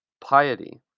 Piety